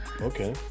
Okay